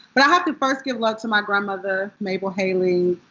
but i have to first give love to my grandmother, mabel hailey.